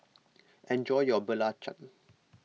enjoy your Belacan